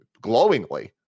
glowingly